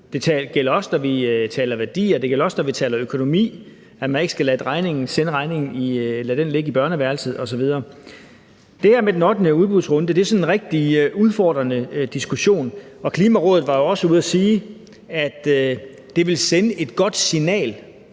den gælder også, når vi taler økonomi, altså at man ikke skal lade regningen ligge i børneværelset osv. I forhold til det her med den ottende udbudsrunde vil jeg sige, at det er en rigtig udfordrende diskussion. Klimarådet var jo også ude at sige, at det ville sende et godt signal,